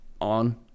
on